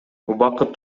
убакыт